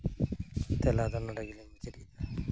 ᱛᱮᱞᱟ ᱫᱚ ᱱᱚᱰᱮ ᱜᱮᱞᱤᱧ ᱢᱩᱪᱟᱹᱫ ᱠᱮᱫᱟ